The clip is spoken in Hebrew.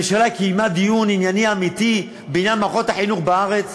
הממשלה קיימה דיון ענייני אמיתי בעניין מערכות החינוך בארץ?